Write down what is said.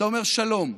אתה אומר: שלום,